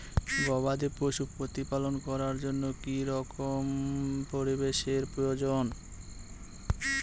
গবাদী পশু প্রতিপালন করার জন্য কি রকম পরিবেশের প্রয়োজন?